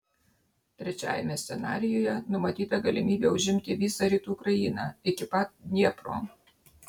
trečiajame scenarijuje numatyta galimybė užimti visą rytų ukrainą iki pat dniepro